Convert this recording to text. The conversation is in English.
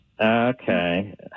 Okay